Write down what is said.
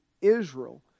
Israel